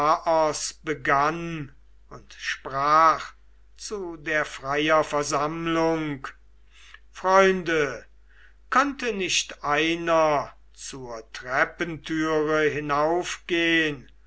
und sprach zu der freier versammlung freunde könnte nicht einer zur treppentüre hinaufgehn